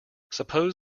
suppose